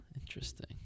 interesting